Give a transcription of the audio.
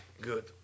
Good